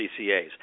CCAs